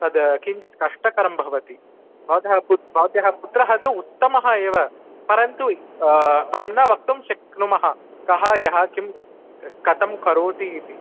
तत् किञ्चित् कष्टकरं भवति भवतः पुत्रः भवत्याः पुत्रः तु उत्तमः एव परन्तु वयं न वक्तुं शक्नुमः कः यः किं कथं करोति इति